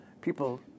people